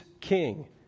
king